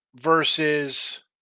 versus